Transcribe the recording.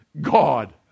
God